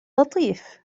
لطيف